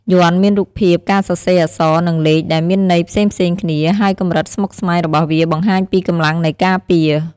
យ័ន្តមានរូបភាព ការសរសេរអក្សរ និងលេខ ដែលមានន័យផ្សេងៗគ្នា ហើយកម្រិតស្មុគស្មាញរបស់វាបង្ហាញពីកម្លាំងនៃការពារ។